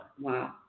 Wow